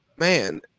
Man